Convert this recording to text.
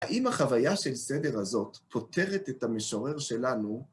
האם החוויה של סדר הזאת פותרת את המשורר שלנו?